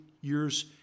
years